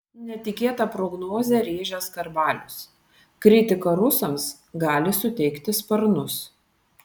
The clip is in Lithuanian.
netikėtą prognozę rėžęs skarbalius kritika rusams gali suteikti sparnus